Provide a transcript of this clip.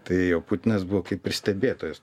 tai jau putinas buvo kaip ir stebėtojas